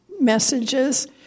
messages